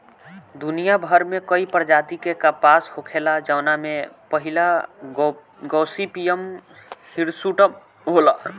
दुनियाभर में कई प्रजाति के कपास होखेला जवना में पहिला गॉसिपियम हिर्सुटम होला